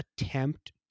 attempt